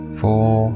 four